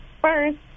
first